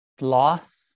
loss